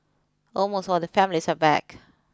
almost all the families are back